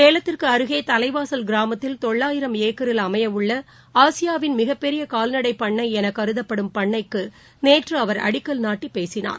சேலத்திற்குஅருகேதலைவாசல் கிராமத்தில் தொள்ளாயிரம் ஏக்கரில் அமையவுள்ளஆசியாவின் மிகப்பெரியகால்நடைபண்ணைஎனகருதப்படும் பண்ணைக்குநேற்றுஅவர் அடிக்கல் நாட்டிபேசினார்